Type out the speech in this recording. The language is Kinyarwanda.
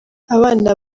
abana